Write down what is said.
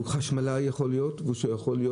הוא יכול להיות חשמלאי או שיכול להיות